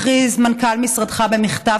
הכריז מנכ"ל משרדך במכתב,